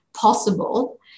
possible